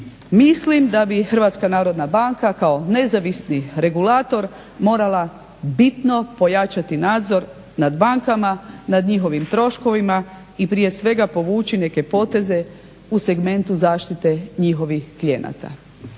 mislim da bi HNB kao nezavisni regulator morala bitno pojačati nadzor nad bankama, nad njihovim troškovima i prije svega povući neke poteze u segmentu zaštite njihovih klijenata.